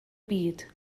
byd